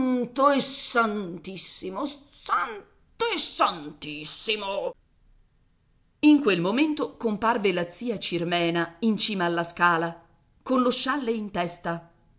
e santissimo santo e santissimo in quel momento comparve la zia cirmena in cima alla scala con lo scialle in testa